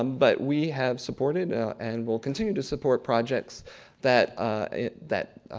um but we have supported and will continue to support projects that that